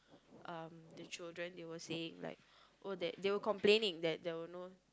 um the children they were saying like they were complaining that there were no